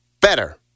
better